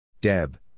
Deb